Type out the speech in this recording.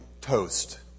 toast